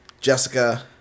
Jessica